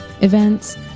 events